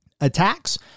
Attacks